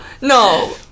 no